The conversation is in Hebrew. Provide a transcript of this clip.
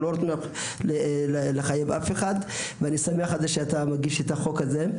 אנחנו לא רוצים לחייב אף אחד ואני שמח על זה שאתה מגיש את החוק הזה.